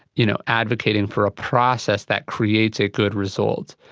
you know advocating for a process that creates a good result.